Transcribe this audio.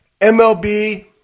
MLB